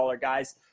guys